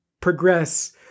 progress